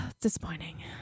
disappointing